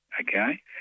okay